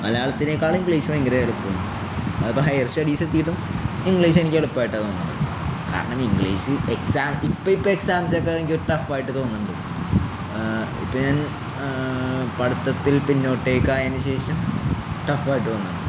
മലയാളത്തിനെക്കാള് English ഭയങ്കരം എളുപ്പമാണ് അതിപ്പോള് ഹയർ സ്റ്റഡീസ് എത്തിയിട്ടും ഇംഗ്ലീഷ് എനിക്ക് എളുപ്പമായിട്ടാണ് തോന്നുന്നത് കാരണം ഇംഗ്ലീഷ് എക്സാം ഇപ്പോള് ഇപ്പോള് എക്സാംസൊക്കെ എനിക്ക് ടഫായിട്ട് തോന്നുന്നുണ്ട് ഇപ്പോള് ഞാൻ പഠിത്തത്തിൽ പിന്നോട്ടേക്കായതിന് ശേഷം ടഫായിട്ട് തോന്നുന്നുണ്ട്